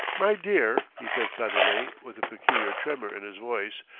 my dear, he said suddenly, with a peculiar tremor in his voice,